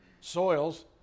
soils